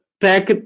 track